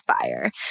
fire